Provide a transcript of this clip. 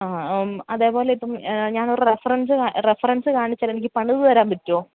ആ അതേ പോലിപ്പം ഞാൻ ഒരു റെഫറന്സ് കാ റെഫറന്സ് കാണിച്ചാൽ എനിക്ക് പണിത് തരാൻ പറ്റുമോ